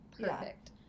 perfect